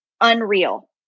unreal